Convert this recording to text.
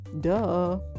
duh